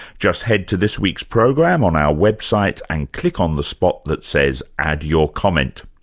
just head to this week's program on our website and click on the spot that says add your comment.